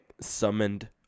summoned